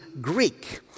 Greek